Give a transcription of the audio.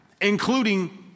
including